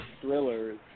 thrillers